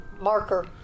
marker